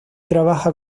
trabaja